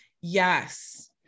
Yes